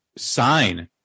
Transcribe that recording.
Sign